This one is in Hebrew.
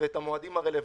ואת המועדים הרלוונטיים,